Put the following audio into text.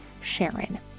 SHARON